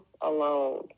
alone